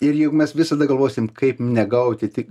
ir jeigu mes visada galvosim kaip negauti tik